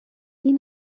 این